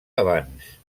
abans